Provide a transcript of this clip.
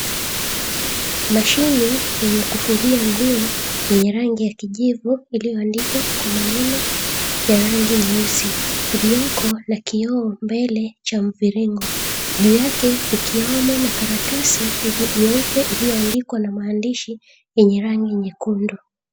Mashine yenye kufulia nguo, yenye rangi ya kijivu, iliyoandikwa kwa maneno ya rangi nyeusi, iliyoko na kioo mbele cha mviringo, juu yake kukiwomo na karatasi nyeupe iliyoandikwa na maandishi yenye rangi nyekundu.